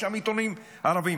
יש שם עיתונים ערביים.